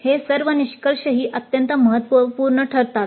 हे सर्व निष्कर्षही अत्यंत महत्त्वपूर्ण ठरतात